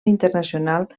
internacional